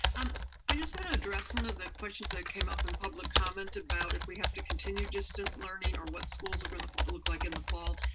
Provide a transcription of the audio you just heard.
and i just want to address one of the questions that came up in public comment about if we have to continue distance learning, or what schools are gonna look like in the fall.